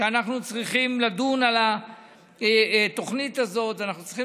שאנחנו צריכים לדון על התוכנית הזאת צריכים